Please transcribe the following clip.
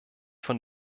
von